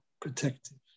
protective